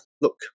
look